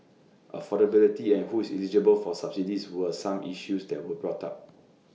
affordability and who is eligible for subsidies were some issues that were brought up